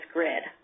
Grid